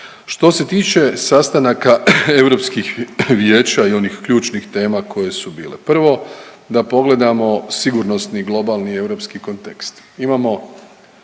Što se tiče sastanaka europskih vijeća i onih ključnih tema koje su bile. Prvo na pogledamo sigurnosni globalni europski kontekst.